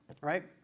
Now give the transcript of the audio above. right